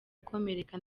ukomereka